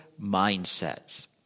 mindsets